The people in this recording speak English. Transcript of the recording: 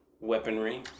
weaponry